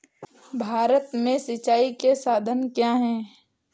भारत में सिंचाई के साधन क्या है?